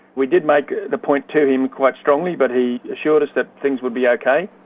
we did make the point to him quite strongly but he assured us that things would be okay.